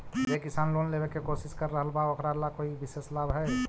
जे किसान लोन लेवे के कोशिश कर रहल बा ओकरा ला कोई विशेष लाभ हई?